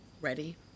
Ready